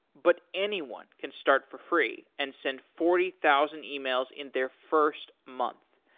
but anyone can start for free and send forty thousand ah e-mails in their first month.